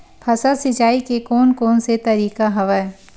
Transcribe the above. फसल सिंचाई के कोन कोन से तरीका हवय?